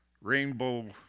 rainbow